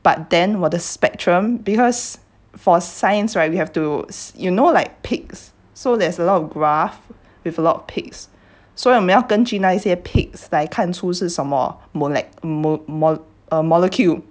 but then 我的 spectrum because for science right we have to s~ you know like peaks so there's a lot of graph with lot of peaks so 我们根据哪些 peaks 来看出是什么 molec~ mol~ molecule